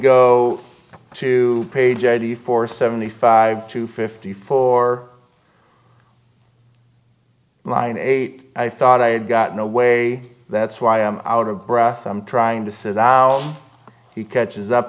go to page eighty four seventy five to fifty four line eight i thought i had gotten away that's why i'm out of breath i'm trying to says now he catches up